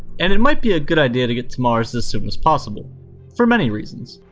and it might be a good idea to get to mars as soon as possible for many reasons.